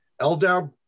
Eldar